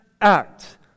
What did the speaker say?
Act